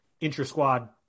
intra-squad